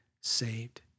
saved